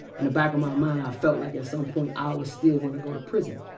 in the back of my mind i felt like at some point i was still going to go to prison.